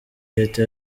leta